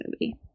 movie